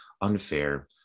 unfair